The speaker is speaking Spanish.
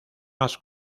más